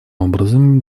образом